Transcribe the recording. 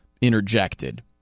interjected